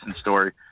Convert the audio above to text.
story